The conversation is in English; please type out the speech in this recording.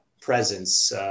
presence